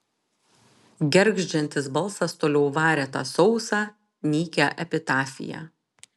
gergždžiantis balsas toliau varė tą sausą nykią epitafiją